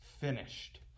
finished